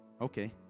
Okay